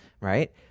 Right